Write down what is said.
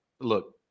Look